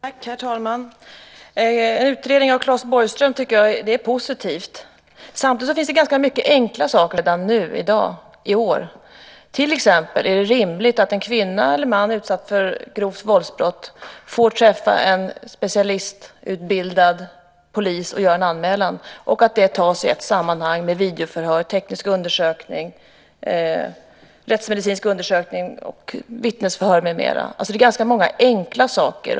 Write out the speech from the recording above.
Herr talman! Jag tycker att det är positivt att Claes Borgström ska göra en utredning. Samtidigt finns det ganska många enkla saker som man kan göra redan i år. Det är till exempel rimligt att en kvinna eller en man som har utsatts för grovt våldsbrott får träffa en specialistutbildad polis när hon eller han ska göra en anmälan och att den genomförs i ett sammanhang med videoförhör, teknisk undersökning, rättsmedicinsk undersökning, vittnesförhör med mera. Det gäller alltså ganska många enkla saker.